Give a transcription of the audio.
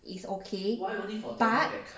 is okay but